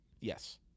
Yes